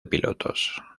pilotos